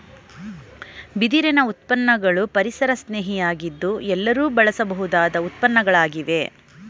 ಬಿದಿರಿನ ಉತ್ಪನ್ನಗಳು ಪರಿಸರಸ್ನೇಹಿ ಯಾಗಿದ್ದು ಎಲ್ಲರೂ ಬಳಸಬಹುದಾದ ಉತ್ಪನ್ನಗಳಾಗಿವೆ